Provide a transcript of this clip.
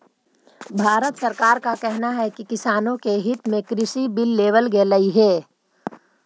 भारत सरकार का कहना है कि किसानों के हित में कृषि बिल लेवल गेलई हे